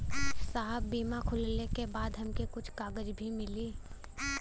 साहब बीमा खुलले के बाद हमके कुछ कागज भी मिली?